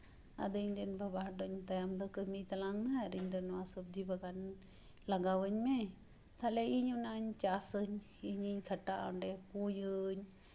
ᱟᱫᱚ ᱤᱧ ᱨᱮᱱ ᱵᱟᱵᱟ ᱦᱚᱧ ᱫᱩᱧ ᱢᱮᱛᱟᱭᱟ ᱟᱢ ᱫᱚ ᱠᱟᱹᱢᱤ ᱛᱟᱞᱟᱝ ᱢᱮ ᱟᱨ ᱤᱧ ᱫᱚ ᱱᱚᱶᱟ ᱥᱚᱵᱡᱤ ᱵᱟᱜᱟᱱ ᱞᱟᱜᱟᱣᱤᱧ ᱢᱮ ᱛᱟᱞᱦᱮ ᱤᱧ ᱚᱱᱟᱧ ᱪᱟᱥᱟᱹᱧ ᱤᱧᱤᱧ ᱠᱷᱟᱴᱟᱜᱼᱟ ᱚᱸᱰᱮ ᱯᱩᱭᱟᱹᱧ